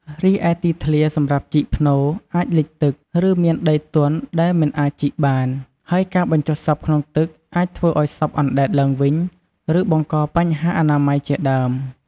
រីឯទីធ្លាសម្រាប់ជីកផ្នូរអាចលិចទឹក ឬមានដីទន់ដែលមិនអាចជីកបាន ហើយការបញ្ចុះសពក្នុងទឹកអាចធ្វើឲ្យសពអណ្តែតឡើងវិញ ឬបង្កបញ្ហាអនាម័យជាដើម។